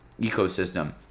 ecosystem